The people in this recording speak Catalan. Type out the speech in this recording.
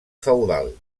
feudal